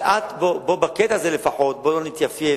אבל בקטע הזה, לפחות, בוא לא נתייפייף.